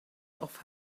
off